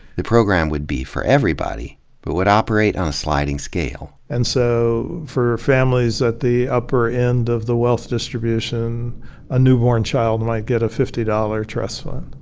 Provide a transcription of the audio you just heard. the program would be for everybody but would operate on a sliding scale. and so for families at the upper end of the wealth distribution a newborn child might get a fifty dollar trust fund.